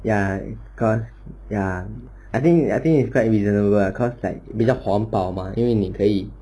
ya cause ya I think I think is quite reasonable ah cause like 比较环保 mah 因为你可以